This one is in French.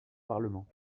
parlement